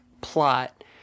plot